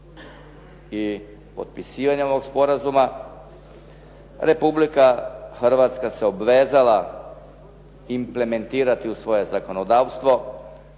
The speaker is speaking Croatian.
I potpisivanjem ovog sporazuma Republika Hrvatska se obvezala implementirati u svoje zakonodavstvo